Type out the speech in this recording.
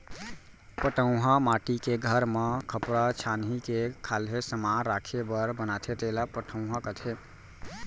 पटउहॉं माटी के घर म खपरा छानही के खाल्हे समान राखे बर बनाथे तेला पटउहॉं कथें